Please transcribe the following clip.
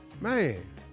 Man